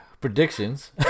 predictions